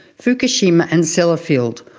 fukushima and sellafield,